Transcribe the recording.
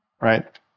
right